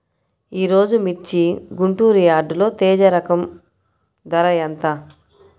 ఈరోజు మిర్చి గుంటూరు యార్డులో తేజ రకం ధర ఎంత?